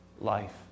life